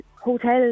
hotels